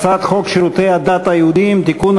הצעת חוק שירותי הדת היהודיים (תיקון,